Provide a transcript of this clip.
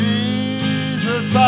Jesus